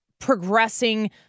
progressing